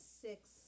six